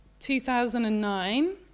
2009